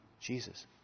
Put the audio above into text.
Jesus